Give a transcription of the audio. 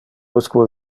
usque